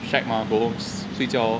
shag mah go home 睡觉 lor